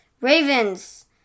Ravens